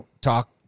talk